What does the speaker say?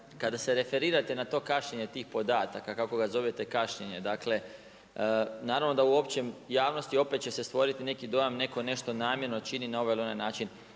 kada se referirate na to kašnjenje tih podataka kako ga zovete kašnjenje, dakle naravno da u općoj javnosti opet će se stvoriti neki dojam neko nešto namjerno čini na ovaj ili na onaj način.